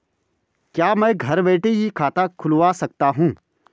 क्या मैं घर बैठे ही खाता खुलवा सकता हूँ?